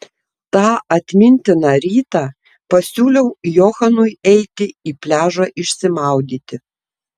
tą atmintiną rytą pasiūliau johanui eiti į pliažą išsimaudyti